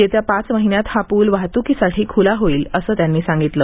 येत्या पाच महिन्यांत हा पूल वाहातुकीसाठी खुला होईल असेही त्यांनी सांगितले